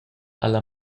alla